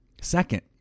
second